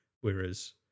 whereas